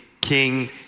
King